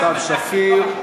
סתיו שפיר.